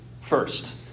first